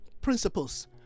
principles